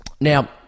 Now